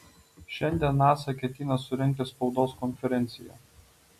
šiandien nasa ketina surengti spaudos konferenciją